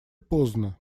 поздно